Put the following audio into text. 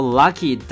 lucky